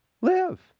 Live